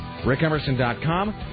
rickemerson.com